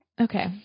Okay